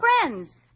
friends